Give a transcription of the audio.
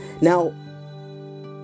Now